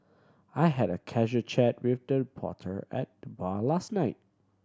I had a casual chat with the reporter at the bar last night